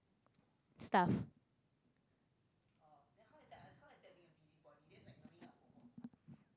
stuff